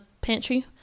pantry